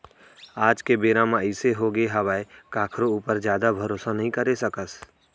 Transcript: आज के बेरा म अइसे होगे हावय कखरो ऊपर जादा भरोसा नइ करे सकस